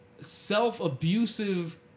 self-abusive